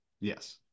yes